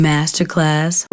Masterclass